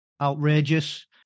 outrageous